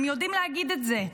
הם יודעים להגיד את זה.